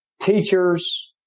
teachers